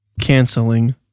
canceling